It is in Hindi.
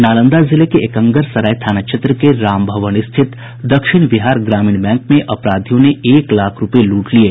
नालंदा जिले के एकंगरसराय थाना क्षेत्र के राम भवन स्थित दक्षिण बिहार ग्रामीण बैंक से अपराधियों ने एक लाख रूपये लूट लिये